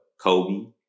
Kobe